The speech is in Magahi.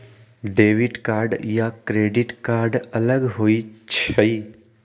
डेबिट कार्ड या क्रेडिट कार्ड अलग होईछ ई?